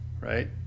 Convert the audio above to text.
right